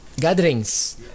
gatherings